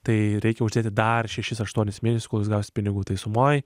tai reikia uždėti dar šešis aštuonis mėnesius gausit pinigų tai sumoj